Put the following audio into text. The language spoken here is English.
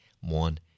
one